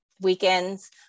Weekends